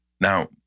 Now